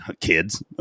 Kids